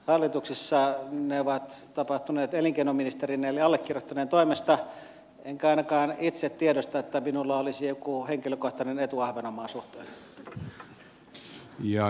hallituksessa ne ovat tapahtuneet elinkeinoministerin eli allekirjoittaneen toimesta enkä ainakaan itse tiedosta että minulla olisi joku henkilökohtainen etu ahvenanmaan suhteen